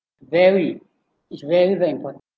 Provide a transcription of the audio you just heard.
very it's very very important